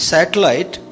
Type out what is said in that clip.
Satellite